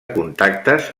contactes